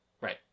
right